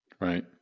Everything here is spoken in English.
Right